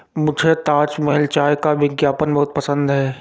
मुझे ताजमहल चाय का विज्ञापन बहुत पसंद है